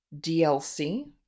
DLC